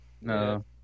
No